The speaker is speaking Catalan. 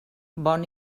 bon